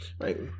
Right